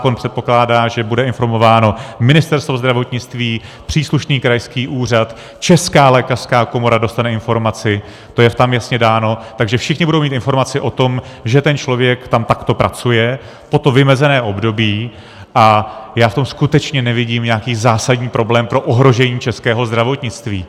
Zákon předpokládá, že bude informováno Ministerstvo zdravotnictví, příslušný krajský úřad, Česká lékařská komora dostane informaci, to je tam jasně dáno, takže všichni budou mít informaci o tom, že ten člověk tam takto pracuje po to vymezené období, a já v tom skutečně nevidím nějaký zásadní problém pro ohrožení českého zdravotnictví.